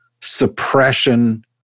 suppression